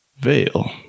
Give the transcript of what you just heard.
Veil